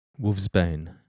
Wolfsbane